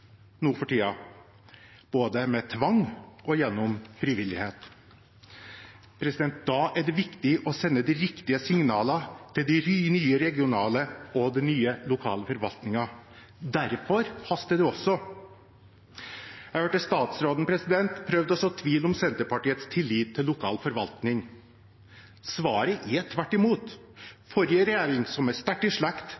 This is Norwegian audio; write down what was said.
for tiden, både med tvang og gjennom frivillighet. Da er det viktig å sende ut riktige signaler til de nye regionale og lokale forvaltningene. Derfor haster det også. Jeg hørte statsråden prøve å så tvil om Senterpartiets tillit til lokal forvaltning. Svaret er tvert